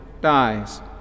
dies